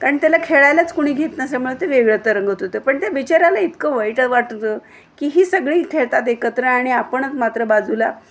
कारण त्याला खेळायलाच कुणी घेत नसल्यामुळे ते वेगळं तरंगत होतं पण त्या बिचाऱ्याला इतकं वाईट वाटतं की ही सगळी खेळतात एकत्र आणि आपणच मात्र बाजूला